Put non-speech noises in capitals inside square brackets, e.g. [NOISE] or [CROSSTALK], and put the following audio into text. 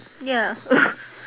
ya [LAUGHS]